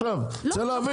אני רוצה להבין.